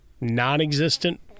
non-existent